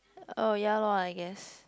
oh ya lor I guess